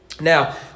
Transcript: Now